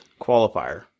qualifier